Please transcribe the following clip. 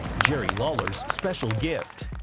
jerry lawler's special gift